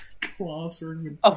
classroom